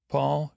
Paul